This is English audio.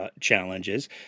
challenges